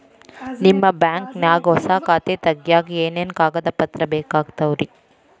ನಿಮ್ಮ ಬ್ಯಾಂಕ್ ನ್ಯಾಗ್ ಹೊಸಾ ಖಾತೆ ತಗ್ಯಾಕ್ ಏನೇನು ಕಾಗದ ಪತ್ರ ಬೇಕಾಗ್ತಾವ್ರಿ?